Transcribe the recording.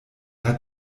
hat